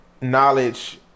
knowledge